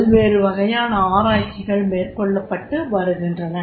பல்வேறு வகையான ஆராய்ச்சிகள் மேற்கொள்ளப் பட்டுவருகின்றன